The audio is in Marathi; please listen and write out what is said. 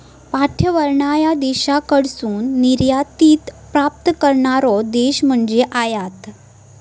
पाठवणार्या देशाकडसून निर्यातीत प्राप्त करणारो देश म्हणजे आयात